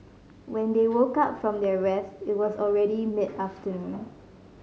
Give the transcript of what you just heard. when they woke up from their rest it was already mid afternoon